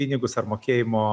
pinigus ar mokėjimo